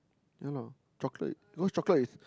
ya lah chocolate because chocolate is